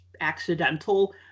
accidental